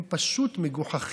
הם פשוט מגוחכים.